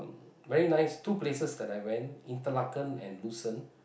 very nice two places that I went Interlaken and Lausanne